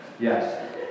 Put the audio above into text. yes